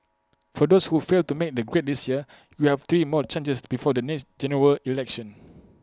for those who failed to make the grade this year you have three more chances before the next General Election